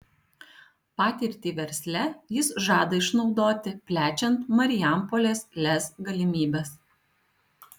patirtį versle jis žada išnaudoti plečiant marijampolės lez galimybes